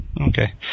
Okay